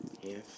Yes